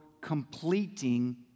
completing